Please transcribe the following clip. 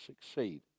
succeed